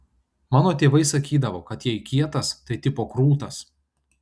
mano tėvai sakydavo kad jei kietas tai tipo krūtas